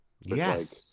Yes